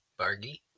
Bargy